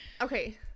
Okay